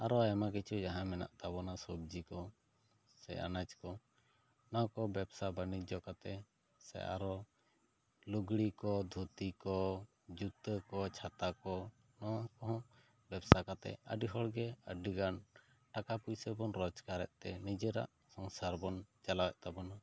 ᱟᱨᱚ ᱟᱭᱢᱟ ᱠᱤᱪᱷᱩ ᱢᱮᱱᱟᱜ ᱛᱟᱵᱚᱱᱟ ᱥᱚᱵᱽᱡᱤ ᱠᱚ ᱥᱮ ᱟᱱᱟᱡᱽ ᱠᱚ ᱱᱚᱣᱟ ᱠᱚ ᱵᱮᱯᱥᱟ ᱵᱟᱹᱱᱤᱡᱚ ᱠᱟᱛᱮᱜ ᱥᱮ ᱟᱨᱚ ᱞᱩᱜᱽᱲᱤ ᱠᱚ ᱫᱷᱩᱛᱤ ᱠᱚ ᱡᱩᱛᱟᱹ ᱠᱚ ᱪᱷᱟᱛᱟ ᱠᱚ ᱱᱚᱣᱟ ᱦᱚᱸ ᱵᱮᱵᱽᱥᱟ ᱠᱟᱛᱮᱜ ᱟᱹᱰᱤ ᱦᱚᱲ ᱟᱹᱰᱤ ᱜᱟᱱ ᱴᱟᱠᱟ ᱯᱩᱭᱥᱟᱹ ᱵᱚᱱ ᱨᱚᱡᱽᱜᱟᱨ ᱮᱫ ᱛᱮ ᱱᱤᱡᱮᱨᱟᱜ ᱥᱚᱝᱥᱟᱨ ᱵᱚᱱ ᱪᱟᱞᱟᱣ ᱮᱫ ᱛᱟᱵᱚᱱᱟ